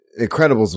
Incredibles